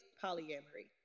polyamory